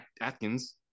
atkins